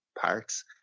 parts